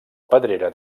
pedrera